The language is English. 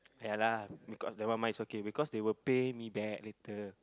ya lah because that one mine it's okay because they will pay me back later